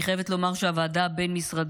אני חייבת לומר שהוועדה הבין-משרדית